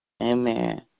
Amen